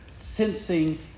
sensing